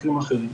מקרים אחרים.